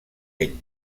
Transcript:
ell